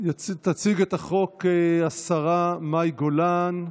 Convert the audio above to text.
תציג את החוק השרה מאי גולן.